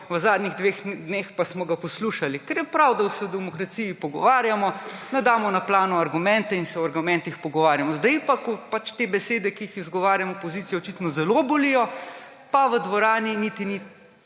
v zadnjih dveh dneh pa smo ga poslušali, ker je prav, da se v demokraciji pogovarjamo, da damo na plano argumente in se o argumentih pogovarjamo. Zdaj pa, ko te besede, ki jih izgovarjam, opozicijo očitno zelo bolijo, pa v dvorani niti ni